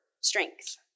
strength